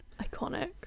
iconic